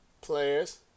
players